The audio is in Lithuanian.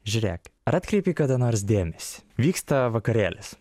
žiūrėk ar atkreipei kada nors dėmesį vyksta vakarėlis